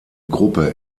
gruppe